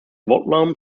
woodlawn